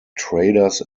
traders